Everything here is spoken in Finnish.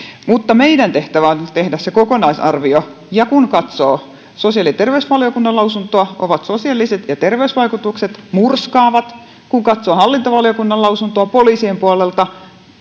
niin meidän tehtävämme on nyt tehdä se kokonaisarvio ja kun katsoo sosiaali ja terveysvaliokunnan lausuntoa ovat sosiaaliset ja terveysvaikutukset murskaavat kun katsoo hallintovaliokunnan lausuntoa poliisien puolelta